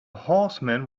horseman